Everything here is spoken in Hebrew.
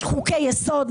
יש חוקי יסוד,